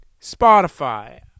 Spotify